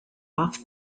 off